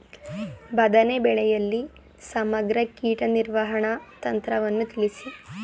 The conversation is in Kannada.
ಬದನೆ ಬೆಳೆಯಲ್ಲಿ ಸಮಗ್ರ ಕೀಟ ನಿರ್ವಹಣಾ ತಂತ್ರವನ್ನು ತಿಳಿಸಿ?